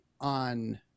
on